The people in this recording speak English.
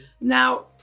Now